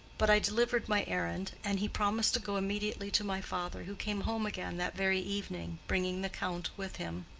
but i delivered my errand, and he promised to go immediately to my father, who came home again that very evening, bringing the count with him.